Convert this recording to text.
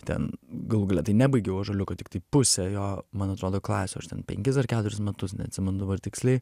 ten galų gale tai nebaigiau ąžuoliuko tiktai pusę jo man atrodo klasių aš ten penkis ar keturis metus neatsimenu dabar tiksliai